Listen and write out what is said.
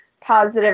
positive